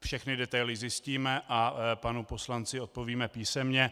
Všechny detaily zjistíme a panu poslanci odpovíme písemně.